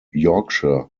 yorkshire